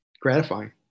gratifying